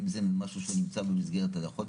אם זה משהו שנמצא במסגרת --- יכולת